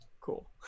Cool